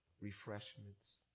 refreshments